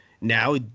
now